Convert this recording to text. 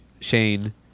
Shane